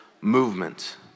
movement